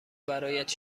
برایت